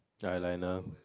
ya like Lionel